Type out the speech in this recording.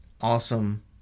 awesome